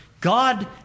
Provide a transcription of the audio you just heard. God